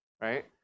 right